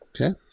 okay